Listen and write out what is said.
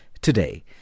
Today